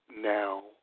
now